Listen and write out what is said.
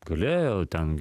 gulėjo ten